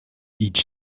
each